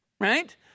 right